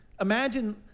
imagine